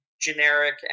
generic